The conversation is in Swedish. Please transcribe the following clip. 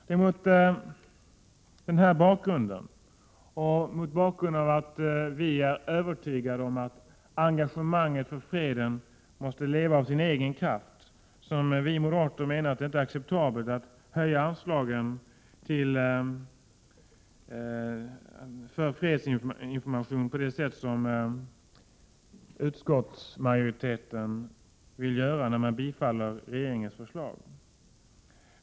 Det är mot denna bakgrund och mot bakgrund av att vi är övertygade om att engagemanget för freden måste leva av sin egen kraft som vi moderater — Prot. 1987/88:95 menar att det inte är acceptabelt att höja anslaget för fredsinformation på det — 7 april 1988 sätt som utskottsmajoriteten vill göra genom att bifalla regeringens förslag.